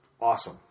awesome